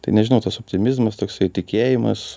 tai nežinau tas optimizmas toksai tikėjimas